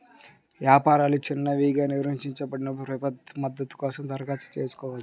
వ్యాపారాలు చిన్నవిగా నిర్వచించబడ్డాయి, ప్రభుత్వ మద్దతు కోసం దరఖాస్తు చేసుకోవచ్చు